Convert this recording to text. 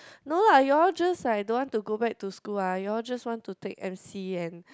no lah you all just like don't want to go back to school ah you all just want to take M_C and